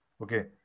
Okay